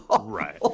right